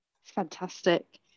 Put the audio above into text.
fantastic